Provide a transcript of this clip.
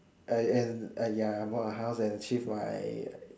I and I ya bought a house and achieve my